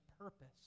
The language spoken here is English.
purpose